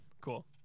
cool